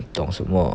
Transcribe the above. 懂什么